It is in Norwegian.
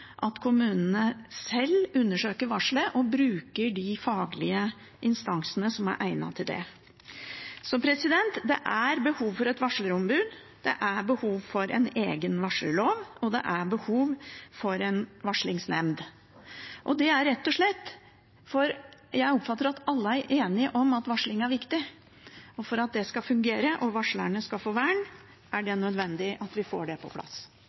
at kommunene sjøl undersøker varselet og bruker de faglige instansene som er egnet til det. Det er behov for et varslerombud, det er behov for en egen varslerlov, og det er behov for en varslingsnemnd. Jeg oppfatter at alle er enige om at varsling er viktig, og for at det skal fungere, og for at varslerne skal få vern, er det nødvendig at vi får dette på plass.